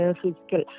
physical